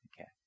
Okay